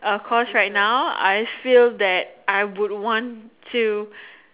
our course right now I feel that I would want to